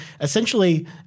essentially